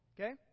Okay